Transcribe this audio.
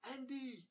Andy